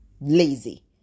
lazy